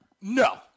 No